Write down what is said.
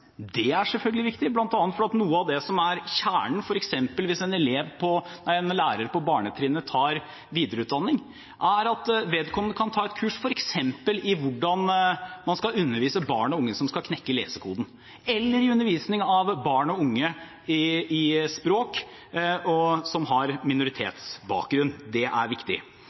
det er selvfølgelig viktig. Blant annet er noe av det som er kjernen – f.eks. hvis en lærer på barnetrinnet tar videreutdanning – at vedkommende kan ta et kurs f.eks. i hvordan man skal undervise barn og unge som skal knekke lesekoden, eller undervise barn og unge som har minoritetsbakgrunn, i språk. Det er viktig. Den nye realfagstrategien retter innsatsen mot bedre læring for barn og